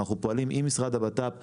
אנחנו פועלים עם המשרד לביטחון פנים הבט"פ.